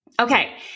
Okay